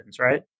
right